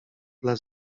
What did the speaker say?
dla